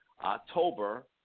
October